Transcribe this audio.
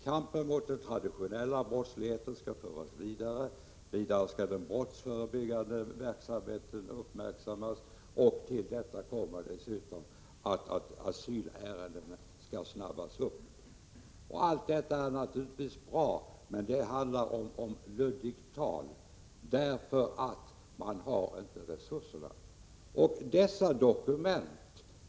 Kampen mot den traditionella brottsligheten skall föras vidare, den brottsförebyggande verksamheten skall uppmärksammas och till detta kommer att asylärenden skall påskyndas. Allt detta är naturligtvis bra, men det handlar om luddigt tal, eftersom resurserna inte finns.